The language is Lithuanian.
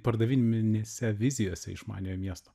pardaviminėse vizijose išmaniojo miesto